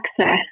access